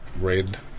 red